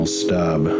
stub